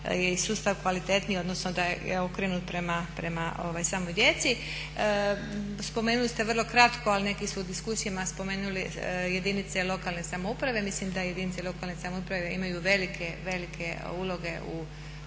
je i sustav kvalitetniji, odnosno da je okrenut prema samoj djeci. Spomenuli ste vrlo kratko, ali neki su u diskusijama spomenuli jedinice lokalne samouprave. Mislim da jedinice lokalne samouprave imaju velike, velike uloge u